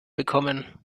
bekommen